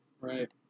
Right